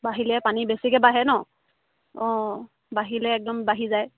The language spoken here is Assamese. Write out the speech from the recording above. বাঢ়িলে পানী বেছিকৈ বাঢ়ে নহ্ অঁ বাঢ়িলে একদম বাঢ়ি যায়